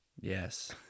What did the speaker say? Yes